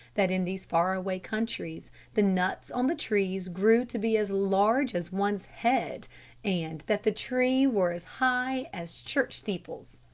that in these faraway countries the nuts on the trees grew to be as large as one's head and that the tree were as high as church steeples.